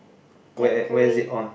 where where is it on